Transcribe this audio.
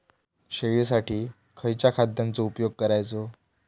शेळीसाठी खयच्या खाद्यांचो उपयोग करायचो?